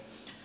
kysyn